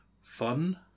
fun